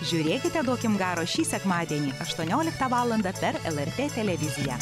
žiūrėkite duokim garo šį sekmadienį aštuonioliktą valandą per lrt televiziją